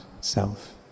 self